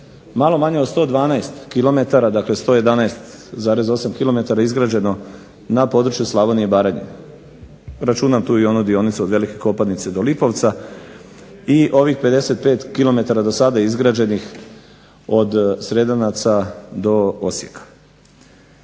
malo manje od 112 km, dakle 111,8 km izgrađeno na području Slavonije i Baranje. Računam tu i onu dionicu od Velike Kopanice do Lipovca i ovih 55 km do sada izgrađenih od Sredanaca do Osijeka.